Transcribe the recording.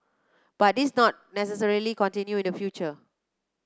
but this not necessarily continue in the future